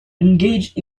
engaged